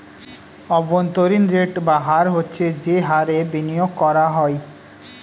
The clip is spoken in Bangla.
অভ্যন্তরীণ রেট বা হার হচ্ছে যে হারে বিনিয়োগ করা হয়